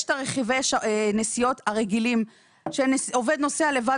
יש את רכיבי נסיעות רגילים כאשר עובד נוסע לבד